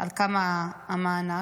על גובה המענק,